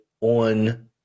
on